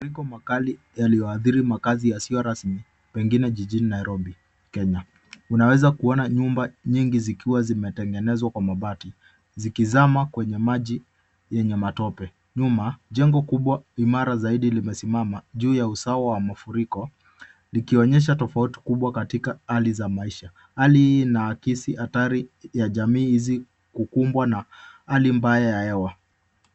Mafuriko makali yaliyoharibu mazingira yamefanyika. Unaweza kuona nyumba nyingi zilizotengenezwa kwa mabati, zikiwa zimezama kwenye maji yenye matope. Nyuma yake, kuna jengo kubwa na imara zaidi, limesimama juu ya usawa wa mafuriko. Hali hii inaonyesha tofauti kubwa ya maisha, pamoja na hatari zinazokabili jamii hizi kutokana na mabadiliko ya hali ya hewa.